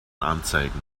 anzeigen